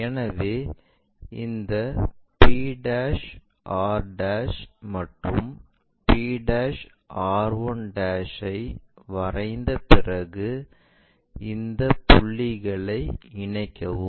எனவே இந்த p r மற்றும் p r1 ஐ வரைந்த பிறகு இந்த புள்ளிகளை இணைக்கவும்